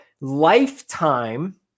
lifetime